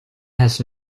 has